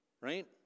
Right